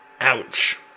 Ouch